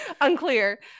unclear